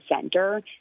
center